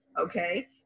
okay